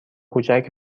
کوچک